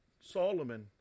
solomon